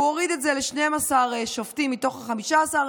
הוא הוריד את זה ל-12 שופטים מתוך ה-15,